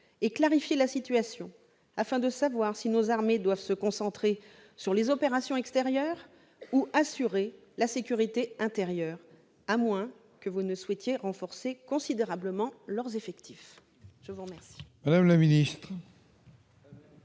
et clarifier la situation afin de savoir si nos armées doivent se concentrer sur les opérations extérieures ou assurer la sécurité intérieure, à moins que vous ne souhaitiez renforcer considérablement leurs effectifs ? Très bien